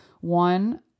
one